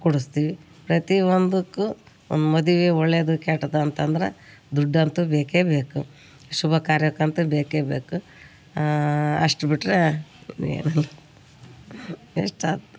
ಕೊಡಿಸ್ತೀವಿ ಪ್ರತಿ ಒಂದಕ್ಕೂ ಒಂದು ಮದ್ವೆ ಒಳ್ಳೆಯದು ಕೆಟ್ಟದ್ದು ಅಂತಂದ್ರೆ ದುಡ್ಡಂತು ಬೇಕೇ ಬೇಕು ಶುಭ ಕಾರ್ಯಕ್ಕಂತೂ ಬೇಕೇ ಬೇಕು ಅಷ್ಟು ಬಿಟ್ಟರೆ ಏನಿಲ್ಲ ಎಷ್ಟಾತು